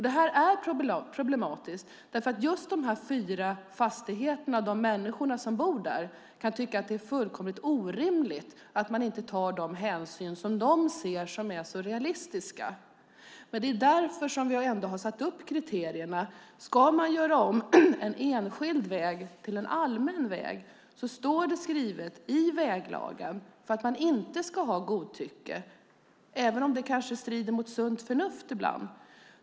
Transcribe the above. Detta är problematiskt, för just de människor som bor i dessa fyra fastigheter kan tycka att det är fullkomligt orimligt att man inte tar de hänsyn som de ser som realistiska. Det är dock därför vi har satt upp dessa kriterier. Ska man göra om en enskild väg till en allmän väg står detta skrivet i väglagen för att man inte ska ha godtycke - även om det kanske strider mot sunt förnuft ibland.